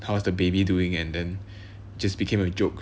how was the baby doing and then just became a joke